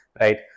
right